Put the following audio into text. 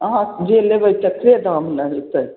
अहाँ जे लेबै ततेक दाम ने हेतै